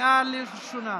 לקריאה ראשונה.